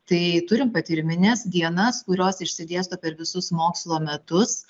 tai turim patyrimines dienas kurios išsidėsto per visus mokslo metus